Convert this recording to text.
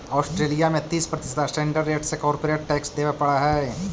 Australia में तीस प्रतिशत स्टैंडर्ड रेट से कॉरपोरेट टैक्स देवे पड़ऽ हई